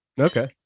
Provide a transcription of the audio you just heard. Okay